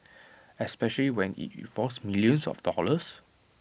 especially when IT involves millions of dollars